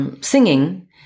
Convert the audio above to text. singing